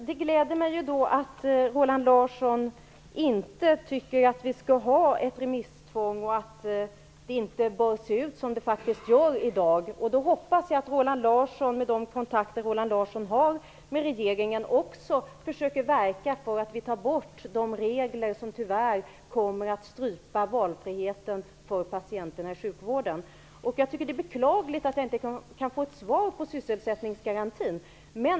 Herr talman! Det gläder mig att Roland Larsson inte tycker att vi skall ha ett remisstvång och att det inte bör se ut som det faktiskt gör i dag. Då hoppas jag att Roland Larsson med de kontakter Roland Larsson har med regeringen också försöker verka för att vi tar bort de regler som tyvärr kommer att strypa valfriheten för patienterna i sjukvården. Jag tycker att det är beklagligt att jag inte kan få ett svar på frågan om sysselsättningsgarantin.